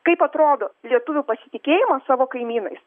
kaip atrodo lietuvių pasitikėjimas savo kaimynais